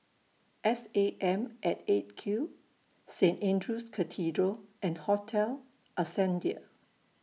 S A M At eight Q Saint Andrew's Cathedral and Hotel Ascendere